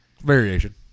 Variation